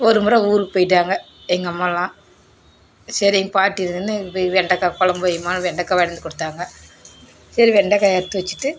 ஒரு முறை ஊருக்கு போய்விட்டாங்க எங்கள் அம்மாவெல்லாம் சரி எங்கள் பாட்டி இருக்குதுன்னு எனக்கு போய் வெண்டைக்கா கொழம்பு வைம்மானு வெண்டைக்கா வாங்கிட்டு வந்து கொடுத்தாங்க சரி வெண்டைக்காய அறுத்து வச்சுட்டு